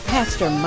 Pastor